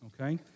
Okay